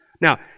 Now